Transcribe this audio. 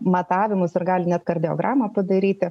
matavimus ir gali net kardiogramą padaryti